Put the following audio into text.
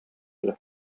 әле